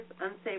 unsafe